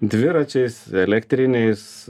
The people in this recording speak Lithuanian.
dviračiais elektriniais